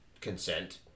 consent